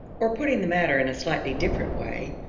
or, putting the matter in a slightly different way,